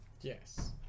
Yes